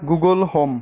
Google home